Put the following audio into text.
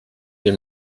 les